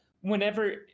whenever